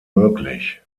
möglich